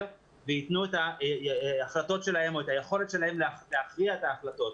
ויתנו את ההחלטות שלהם או את היכולת שלהם להכריע את ההחלטות.